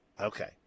Okay